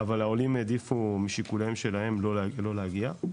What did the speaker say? אבל העולים העדיפו משיקולים שלהם, לא להגיע.